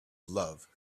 love